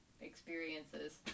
experiences